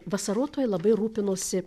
vasarotojai labai rūpinosi